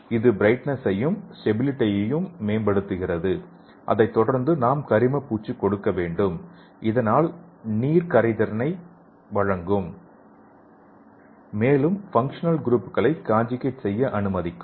இது பிரைட்னஸ் ஐயும் ஸ்டபிலிடி ஐயும் மேம்படுத்துகிறது அதைத் தொடர்ந்து நாம் கரிம பூச்சு கொடுக்க வேண்டும் இதனால் நீர் கரைதிறனை வழங்கும் மேலும் பங்க்சனல் குரூப்களை காஞ்சுகேட் செய்ய அனுமதிக்கும்